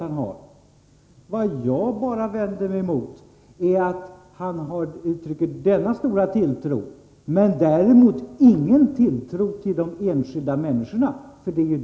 Men det jag vänder mig emot är att han uttrycker denna stora tilltro till de förtroendevalda utan att ha någon tilltro till de enskilda människorna.